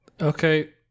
okay